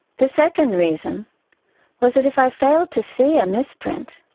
the second reason was that if i failed to see a misprint,